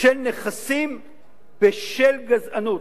של נכסים בשל גזענות.